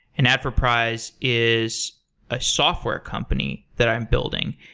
and adforprize is a software company that i'm building,